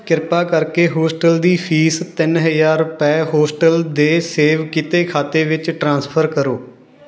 ਕ੍ਰਿਪਾ ਕਰਕੇ ਹੋਸਟਲ ਦੀ ਫੀਸ ਤਿੰਨ ਹਜ਼ਾਰ ਰੁਪਏ ਹੋਸਟਲ ਦੇ ਸੇਵ ਕੀਤੇ ਖਾਤੇ ਵਿੱਚ ਟ੍ਰਾਂਸਫਰ ਕਰੋ